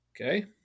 Okay